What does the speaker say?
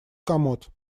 комод